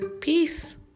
Peace